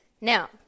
Now